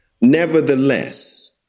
Nevertheless